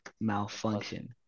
malfunction